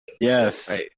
Yes